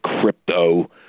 crypto